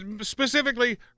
specifically